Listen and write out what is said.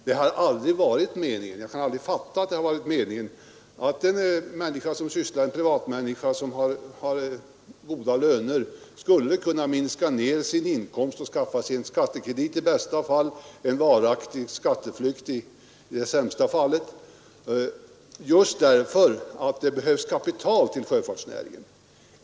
Det har aldrig varit meningen — och jag kan inte fatta att det skulle ha varit meningen — att en privatperson som har god lön skulle kunna minska ned sin inkomst och skaffa sig i bästa fall en skattekredit, i sämsta fall en varaktig skatteflykt, just därför att det behövs kapital till sjöfartsnäringen.